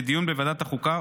לדיון בוועדת החוקה,